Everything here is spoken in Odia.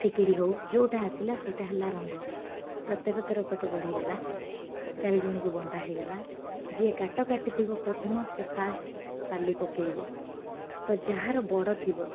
ଠିକିରି ହଉ ଯେଉଁଟା ଆସିଲା ସେଇଟା ହେଲା ରଙ୍ଗ ତ ତେର ତେର ପଟ ବଢ଼ିଗଲା ଚାରି ଜଣକୁ ବଣ୍ଟା ହେଇଗଲା ଯିଏ କାଟ କାଟିଥିବ ପ୍ରଥମ ସେ ଫାଷ୍ଟ ପାଲି ପକେଇବ ତ ଯାହାର ବଡ଼ ଥିବ